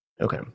Okay